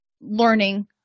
learning